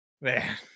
man